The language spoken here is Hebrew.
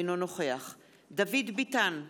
אינו נוכח דוד ביטן,